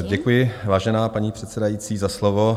Děkuji, vážená paní předsedající, za slovo.